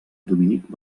dominic